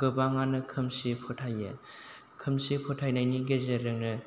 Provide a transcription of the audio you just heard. गोबाङानो खोमसि फोथायो खोमसि फोथायनायनि गेजेरजोंनो